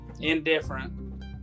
indifferent